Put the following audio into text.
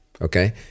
Okay